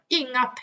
inga